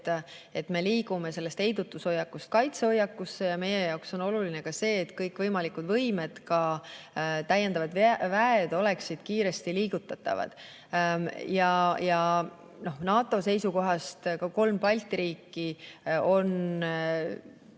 et me liigume heidutushoiakust kaitsehoiakusse. Meie jaoks on oluline ka see, et kõikvõimalikud võimed ja ka täiendavad väed oleksid kiiresti liigutatavad. NATO seisukohast on kolm Balti riiki üks